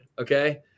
Okay